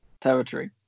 Territory